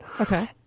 Okay